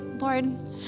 Lord